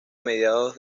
mediados